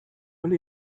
will